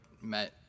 met